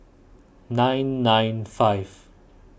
nine nine five